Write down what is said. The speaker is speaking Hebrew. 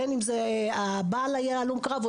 בין אם זה בגלל שהבעל היה הלום קרב,